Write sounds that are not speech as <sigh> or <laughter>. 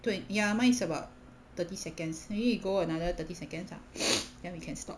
twen~ ya mine is about thirty seconds we need to go another thirty seconds ah <breath> then we can stop